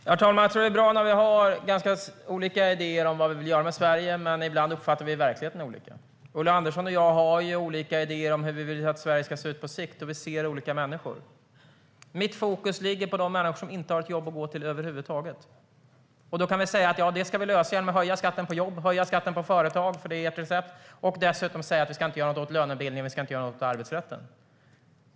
Herr talman! Jag tror att det är bra när vi har olika idéer om vad vi vill göra med Sverige, men ibland uppfattar vi verkligheten olika. Ulla Andersson och jag har olika idéer om hur vi vill att Sverige ska se ut på sikt, och vi ser olika människor. Mitt fokus ligger på de människor som inte har ett jobb att gå till över huvud taget. Då kan vi säga: Det ska vi lösa genom att höja skatten på jobb och höja skatten på företag - det är ert recept - och dessutom inte göra något åt lönebildningen och arbetsrätten.